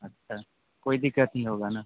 अच्छा कोई दिक्कत नहीं होगा ना